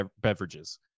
beverages